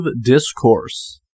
discourse